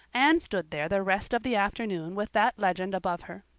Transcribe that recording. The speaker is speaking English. anne stood there the rest of the afternoon with that legend above her.